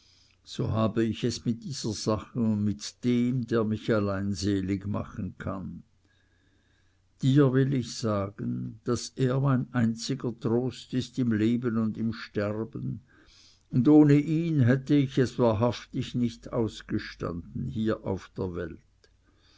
so habe ich es mit dieser sache und mit dem der mich allein selig machen kann dir will ich sagen daß er mein einziger trost ist im leben und im sterben und ohne ihn hätte ich es wahrhaftig nicht ausgestanden hier auf der welt